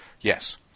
Yes